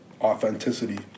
authenticity